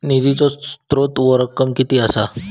निधीचो स्त्रोत व रक्कम कीती असा?